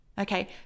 Okay